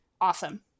awesome